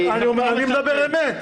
אני מדבר אמת.